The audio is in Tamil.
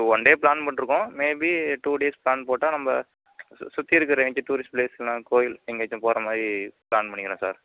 இப்போ ஒன் டே பிளான் பண்ணிட்ருக்கோம் maybe two days plan போட்டால் நம்ப சு சுற்றி இருக்கிற என்டையர் டூரிஸ்ட் பிளேஸ்ன்னா கோயில் எங்கேயாச்சும் போறமாதிரி பிளான் பண்ணிக்கிறோம் சார்